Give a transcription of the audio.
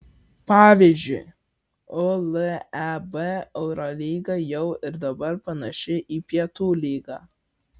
pavyzdžiui uleb eurolyga jau ir dabar panaši į pietų lygą